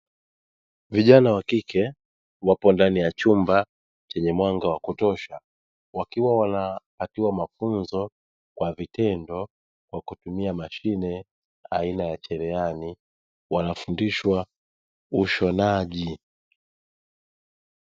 Vijana wa kike wapo ndani ya chumba chenye mwanga wa kutosha, wakiwa wanapatiiwa mafunzo kwa vitendo, kwa kutumia mashine aina ya chereani; wanafundishwa ushonaji.